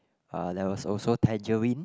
uh there was also tangerine